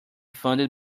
funded